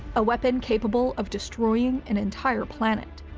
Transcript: a weapon capable of destroying an entire planet.